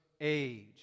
age